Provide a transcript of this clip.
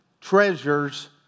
treasures